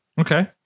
okay